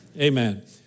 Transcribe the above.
Amen